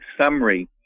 summary